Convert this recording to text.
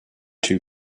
too